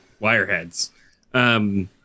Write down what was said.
wireheads